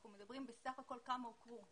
אנחנו מדברים בסך הכול כמה הוכרו.